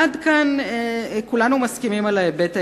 עד כאן כולנו מסכימים, על ההיבט העקרוני,